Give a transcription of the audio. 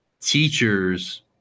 teachers